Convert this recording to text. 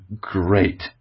great